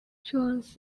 joins